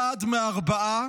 אחד מארבעה